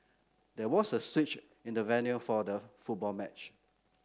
there was a switch in the venue for the football match